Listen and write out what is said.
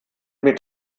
mit